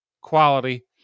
quality